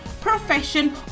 profession